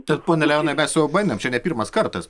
bet pone leonai mes jau bandėm čia ne pirmas kartas